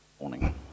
morning